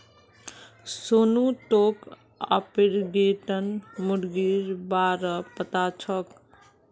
सोनू तोक ऑर्पिंगटन मुर्गीर बा र पता छोक